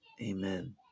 Amen